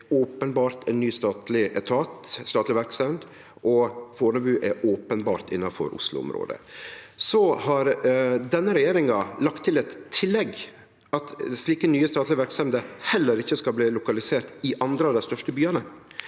openbert ein ny statleg etat, ei statleg verksemd, og Fornebu er openbert innanfor Oslo-området. Så har denne regjeringa lagt til eit tillegg: at slike nye statlege verksemder heller ikkje skal lokaliserast i andre av dei største byane.